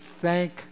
thank